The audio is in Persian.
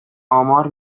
آمار